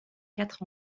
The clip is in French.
quatre